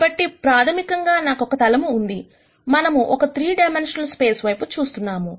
కాబట్టి ప్రాథమికంగా నాకొక తలము ఉంది మనము ఒక 3 డైమన్షనల్ స్పేస్ వైపు చూస్తున్నాము